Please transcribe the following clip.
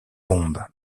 bombe